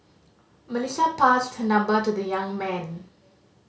Melissa passed her number to the young man